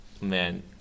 Man